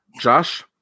Josh